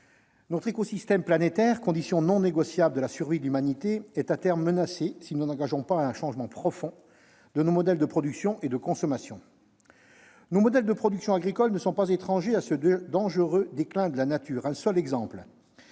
Notre écosystème planétaire, condition non négociable de la survie de l'humanité, est à terme menacé si nous n'engageons pas un « changement profond » de nos modèles de production et de consommation. Nos modèles de production agricoles ne sont pas étrangers à ce dangereux déclin de la nature. Un seul exemple